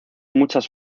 muchas